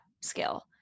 skill